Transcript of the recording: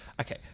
okay